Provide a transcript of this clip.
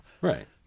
Right